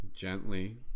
gently